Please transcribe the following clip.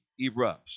erupts